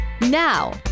Now